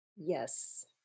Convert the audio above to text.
Yes